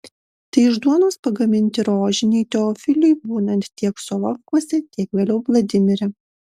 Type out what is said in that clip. tai iš duonos pagaminti rožiniai teofiliui būnant tiek solovkuose tiek vėliau vladimire